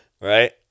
right